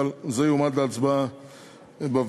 אבל זה יועמד להצבעה בוועדה.